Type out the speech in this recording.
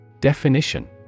Definition